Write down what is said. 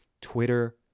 Twitter